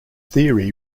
theory